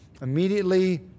immediately